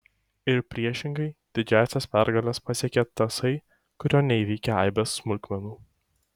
ir priešingai didžiąsias pergales pasiekia tasai kurio neįveikia aibės smulkmenų